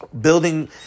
building